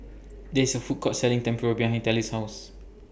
There IS A Food Court Selling Tempura behind Telly's House